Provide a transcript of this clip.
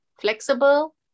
flexible